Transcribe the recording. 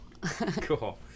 Cool